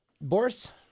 Boris